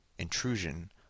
intrusion